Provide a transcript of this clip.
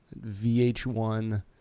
VH1